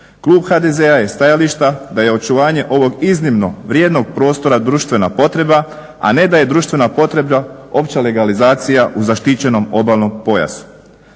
Klub HDZ-a je stajališta da je očuvanje ovog iznimno vrijednog prostora društvena potreba, a ne da je društvena potreba opća legalizacija u zaštićenom obalnom pojasu.